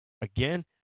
again